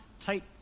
take